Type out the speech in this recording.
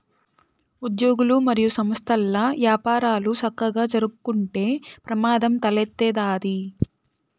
ఉజ్యోగులు, మరియు సంస్థల్ల యపారాలు సక్కగా జరక్కుంటే ప్రమాదం తలెత్తతాది